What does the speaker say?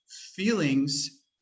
Feelings